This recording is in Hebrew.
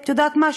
את יודעת מה,